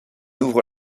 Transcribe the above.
ouvre